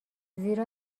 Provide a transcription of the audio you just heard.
زیرا